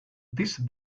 these